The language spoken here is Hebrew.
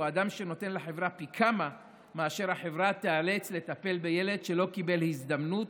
הוא אדם שנותן לחברה פי כמה מילד שלא קיבל הזדמנות,